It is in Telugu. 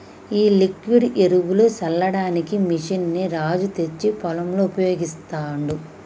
ఈ లిక్విడ్ ఎరువులు సల్లడానికి మెషిన్ ని రాజు తెచ్చి పొలంలో ఉపయోగిస్తాండు